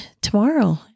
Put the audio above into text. tomorrow